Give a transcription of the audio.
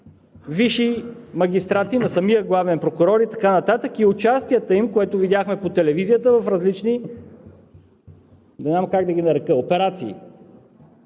висши магистрати, на самия главен прокурор и така нататък, и участията им, което видяхме по телевизията, в различни...